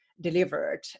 delivered